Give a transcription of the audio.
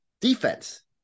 Defense